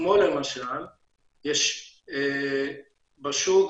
כמו למשל יש בשוק,